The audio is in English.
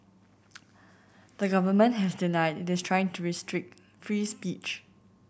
the government has denied this trying to restrict free speech